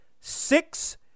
six